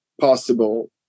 possible